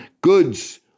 goods